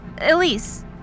Elise